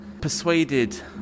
persuaded